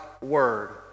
word